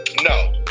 No